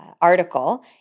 article